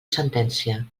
sentència